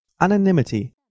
Anonymity